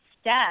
step